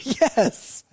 Yes